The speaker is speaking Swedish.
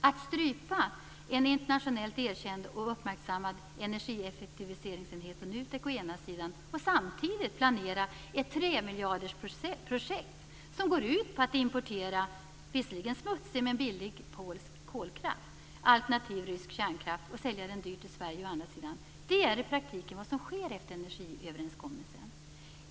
Att strypa en internationellt erkänd och uppmärksammad energieffektiviseringsenhet på NUTEK å ena sidan, och samtidigt planera ett tremiljardersprojekt som går ut på att importera visserligen smutsig men billig polsk kolkraft, alternativt rysk kärnkraft, och sälja den dyrt i Sverige å andra sidan: det är i praktiken vad som sker efter energiöverenskommelsen.